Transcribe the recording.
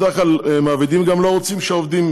בדרך כלל מעבידים גם לא רוצים שהעובדים